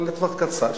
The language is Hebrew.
אבל לטווח קצר,